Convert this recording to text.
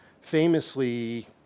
famously